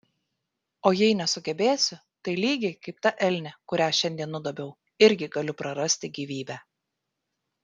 o jei nesugebėsiu tai lygiai kaip ta elnė kurią šiandien nudobiau irgi galiu prarasti gyvybę